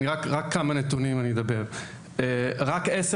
אני אדבר רק על כמה נתונים: רק עשר